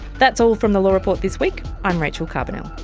that's all from the law report this week. i'm rachel carbonell